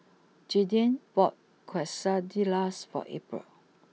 Jaeden bought Quesadillas for April